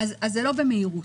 אז זה לא במהירות.